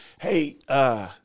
hey –